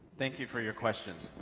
thank you for your questions.